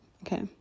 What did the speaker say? Okay